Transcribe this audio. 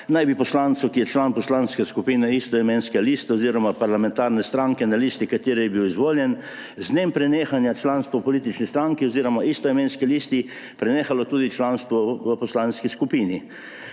naj bi poslancu, ki je član poslanske skupine istoimenske liste oziroma parlamentarne stranke, na listi katere je bil izvoljen, z dnem prenehanja članstva v politični stranki oziroma istoimenski listi prenehalo tudi članstvo v poslanski skupini.